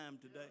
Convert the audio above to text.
today